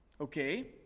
Okay